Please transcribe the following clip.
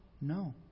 No